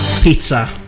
pizza